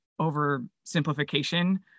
oversimplification